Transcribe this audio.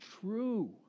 true